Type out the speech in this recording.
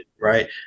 right